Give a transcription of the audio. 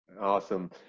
Awesome